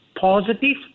positive